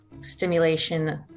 stimulation